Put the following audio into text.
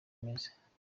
meza